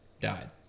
died